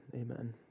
Amen